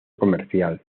comercial